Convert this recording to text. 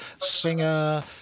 singer